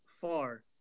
far